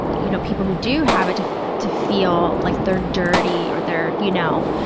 you know, people who do have it to to feel like they're dirty or they're, you know,